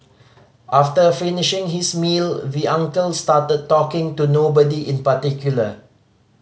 after finishing his meal we uncle started talking to nobody in particular